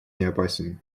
неопасен